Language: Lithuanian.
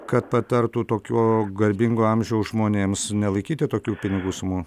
kad patartų tokio garbingo amžiaus žmonėms nelaikyti tokių pinigų sumų